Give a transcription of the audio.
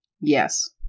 Yes